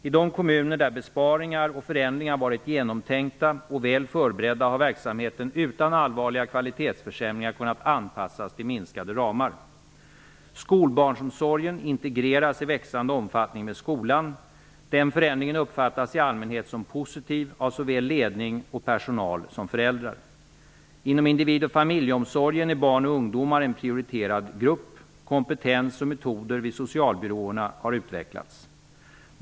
I de kommuner där besparingar och förändringar har varit genomtänkta och väl förberedda har verksamheten utan allvarliga kvalitetsförsämringar kunnat anpassas till minskade ramar. Skolbarnsomsorgen integreras i växande omfattning med skolan. Den förändringen uppfattas i allmänhet som positiv av såväl ledning och personal som föräldrar. Inom individ och familjeomsorgen är barn och ungdomar en prioriterad grupp. Kompetens och metoder vid socialbyrårerna har utvecklats.